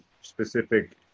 specific